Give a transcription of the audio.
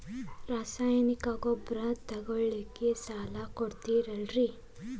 ರಾಸಾಯನಿಕ ಗೊಬ್ಬರ ತಗೊಳ್ಳಿಕ್ಕೆ ಸಾಲ ಕೊಡ್ತೇರಲ್ರೇ?